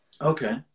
Okay